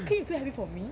can't you feel happy for me